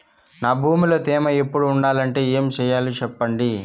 నా భూమిలో తేమ ఎప్పుడు ఉండాలంటే ఏమి సెయ్యాలి చెప్పండి?